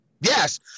Yes